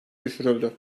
düşürüldü